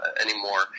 anymore